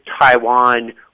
Taiwan